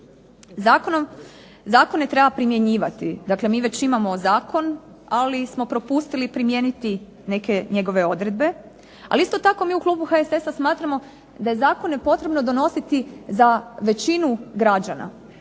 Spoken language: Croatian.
Zakone treba primjenjivati, dakle mi već imamo zakon ali smo propustili primijeniti neke njegove odredbe. Ali isto tako mi u klubu HSS-a smatramo da je zakone potrebno donositi za većinu građana,